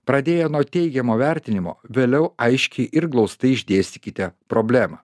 pradėję nuo teigiamo vertinimo vėliau aiškiai ir glaustai išdėstykite problemą